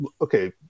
Okay